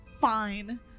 fine